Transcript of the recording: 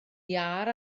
iâr